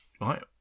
right